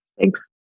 Thanks